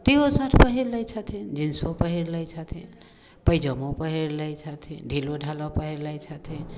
TO shirt पहिर लै छथिन जिंसो पहिर लै छथिन पैजामो पहिर लै छथिन ढिलोढ़ालो पहिर लै छथिन